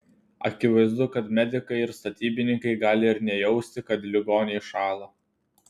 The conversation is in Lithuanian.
akivaizdu kad medikai ir statybininkai gali ir nejausti kad ligoniai šąla